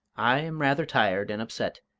i am rather tired and upset,